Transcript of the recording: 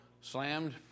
slammed